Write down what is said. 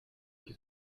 qui